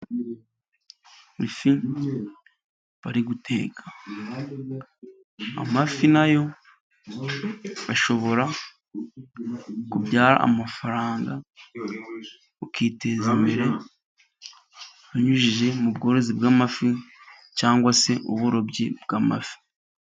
Ifi bari guteka. Amafi nayo ashobora kubyara amafaranga ukiteza imbere ubinyujije mu bworozi bw'amafi, cyangwa se uburobyi bw'amafi.